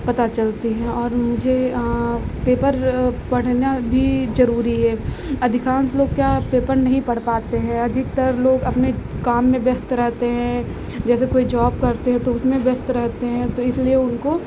पता चलती हैं और मुझे पेपर पढ़ना भी ज़रूरी है अधिकांश लोग क्या पेपर नहीं पढ़ पाते हैं अधिकतर लोग अपने काम में व्यस्त रहते हैं जैसे कोई जॉब करते हैं तो उसमें व्यस्त रहते हैं तो इसलिए उनको